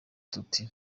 tuti